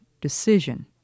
decision